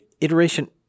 iteration